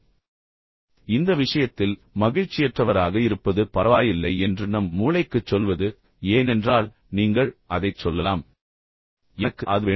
இப்போது இந்த விஷயத்தில் மகிழ்ச்சியற்றவராக இருப்பது பரவாயில்லை என்று நம் மூளைக்குச் சொல்வது ஏனென்றால் நீங்கள் அதைச் சொல்லலாம் எனக்கு அது வேண்டும்